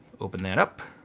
open that up.